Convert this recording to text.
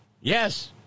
Yes